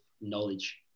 knowledge